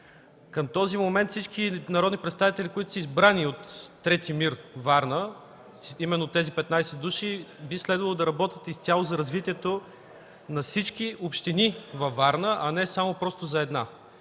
Към този момент всички народни представители, които са избрани от 3. МИР – Варна, именно тези 15 души, би следвало да работят изцяло за развитието на всички общини във Варна, а не просто за една.